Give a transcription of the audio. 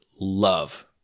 love